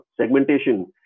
segmentation